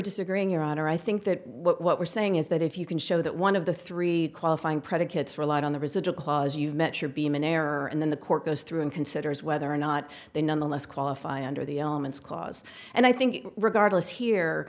disagreeing your honor i think that what we're saying is that if you can show that one of the three qualifying predicates relied on the residual clause you've met your beam in error and then the court goes through in considers whether or not they nonetheless qualify under the elements clause and i think regardless here